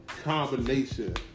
Combination